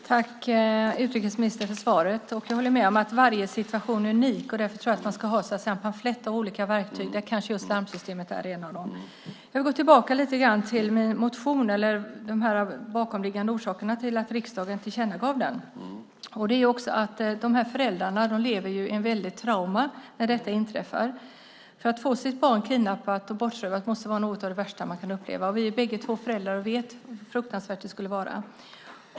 Herr talman! Jag tackar utrikesministern för svaret. Jag håller med om att varje situation är unik. Därför tror jag att man ska ha en palett av olika verktyg, där larmsystemet kanske är ett. Jag går tillbaka till min motion och de bakomliggande orsakerna till att riksdagen tillkännagav den. Föräldrarna lever i ett väldigt trauma när detta inträffar. Att få sitt barn kidnappat och bortrövat måste vara något av det värsta man kan uppleva. Vi är bägge två föräldrar och vet hur fruktansvärt det skulle vara.